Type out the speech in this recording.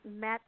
met